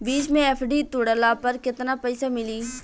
बीच मे एफ.डी तुड़ला पर केतना पईसा मिली?